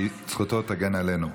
זכותו תגן עלינו.